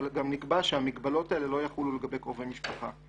אבל גם שנקבע שהמגבלות האלה לא יחולו לגבי קרובי משפחה,